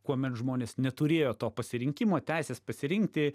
kuomet žmonės neturėjo to pasirinkimo teisės pasirinkti